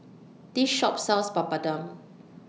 This Shop sells Papadum